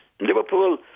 Liverpool